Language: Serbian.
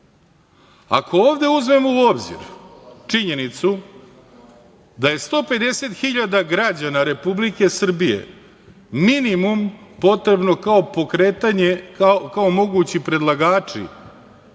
ovde uzmemo u obzir činjenicu da je 150.000 građana Republike Srbije minimum potrebno kao mogući predlagači